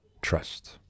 trust